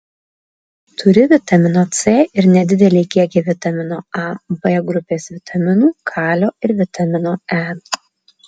turi vitamino c ir nedidelį kiekį vitamino a b grupės vitaminų kalio ir vitamino e